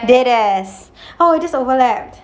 big ass oh we just overlapped